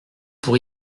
pour